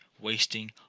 wasting